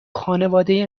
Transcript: خانواده